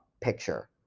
picture